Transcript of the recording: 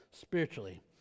spiritually